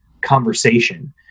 conversation